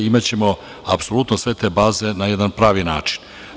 Imaćemo apsolutno sve te baze na jedan pravi način.